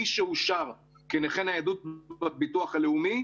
מי שאושר כנכה ניידות בביטוח הלאומי,